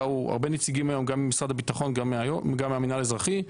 באו הרבה נציגים היום גם ממשרד הביטחון וגם מהמנהל האזרחי,